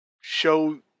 show